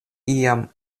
iam